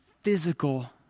physical